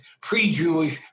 pre-Jewish